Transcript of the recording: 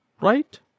right